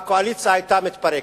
הקואליציה היתה מתפרקת.